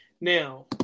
Now